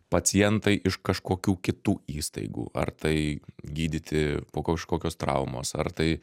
pacientai iš kažkokių kitų įstaigų ar tai gydyti po kažkokios traumos ar tai